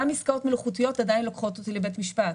אבל גם עסקאות מלאכותיות עדיין לוקחות אותי לבית משפט.